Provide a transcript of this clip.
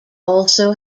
also